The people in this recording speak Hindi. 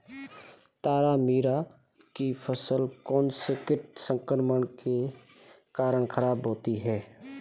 तारामीरा की फसल कौनसे कीट संक्रमण के कारण खराब होती है?